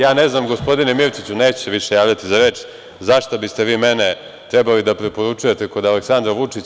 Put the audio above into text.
Ja ne znam, gospodine Mirčiću, neću se više javljati za reč, za šta biste vi mene trebali da preporučujete kod Aleksandra Vučića.